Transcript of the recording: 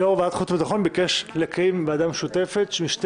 יו"ר ועדת החוץ והביטחון ביקש לקיים ועדה משותפת של שתי